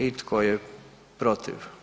I tko je protiv?